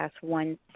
one